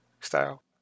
style